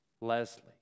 Leslie